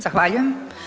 Zahvaljujem.